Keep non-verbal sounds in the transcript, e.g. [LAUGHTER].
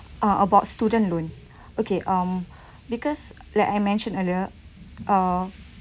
ppb) uh about student loan [BREATH] okay um [BREATH] because like I mentioned earlier on